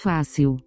Fácil